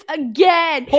again